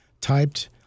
typed